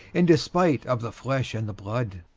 in despite of the flesh and the blood.